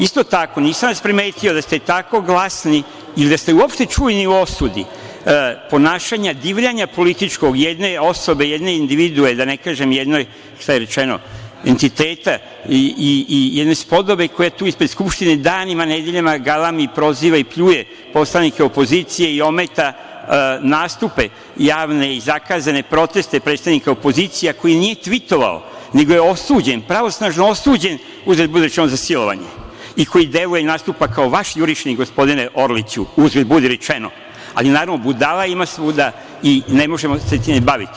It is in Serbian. Isto tako nisam vas primetio da se tako glasni i da ste se uopšte čuli, u osudi ponašanja, divljanja političkog, jedne osoba, jedne individue, da ne kažem jedne, šta je rečeno, entiteta i jedne spodobe koja tu ispred Skupštine danima, nedeljama galami, proziva i pljuje poslanike opozicije i ometa nastupe javne i zakazane proteste predstavnika opozicije koji nije tvitovao, nego je osuđen, pravosnažno osuđen, uzgred budi rečeno za silovanje, i koji deluje i nastupa kao vaš jurišnik gospodine Orliću, uzgred budi rečeno ali naravno, budala ima svuda i ne možemo se time baviti.